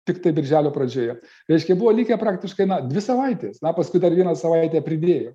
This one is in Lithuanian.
tiktai birželio pradžioje reiškia buvo likę praktiškai dvi savaitės na paskui dar vieną savaitę pridėjo